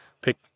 pick